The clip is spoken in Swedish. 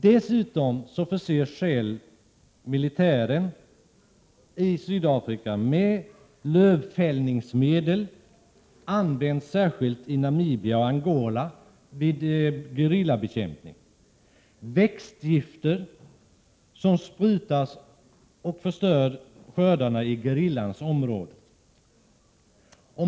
Dessutom förser Shell militären i Sydafrika med lövfällningsmedel, som särskilt används i Namibia och Angola vid gerillabekämpning. Det gäller växtgifter som sprutas ut och förstör skördarna i gerillans område.